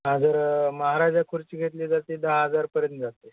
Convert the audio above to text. हा जर महाराजा खुर्ची घेतली जाते दहा हजारपर्यंत जाते